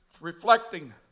reflecting